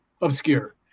Obscure